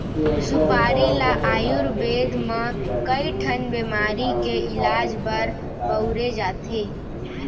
सुपारी ल आयुरबेद म कइ ठन बेमारी के इलाज बर बउरे जाथे